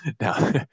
Now